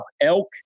elk